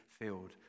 filled